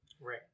right